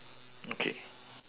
okay